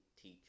teach